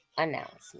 Announcement